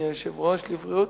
לבריאות,